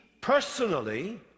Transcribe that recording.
personally